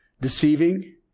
deceiving